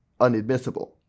unadmissible